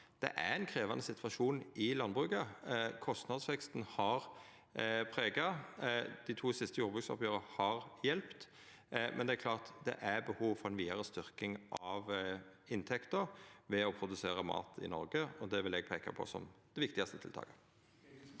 Det er ein krevjande situasjon i landbruket; kostnadsveksten har prega landbruket. Dei to siste jordbruksoppgjera har hjelpt, men det er klart at det er behov for ei vidare styrking av inntekta for å produsera mat i Noreg. Det vil eg peika på som det viktigaste tiltaket.